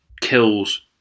kills